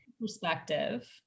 perspective